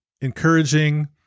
encouraging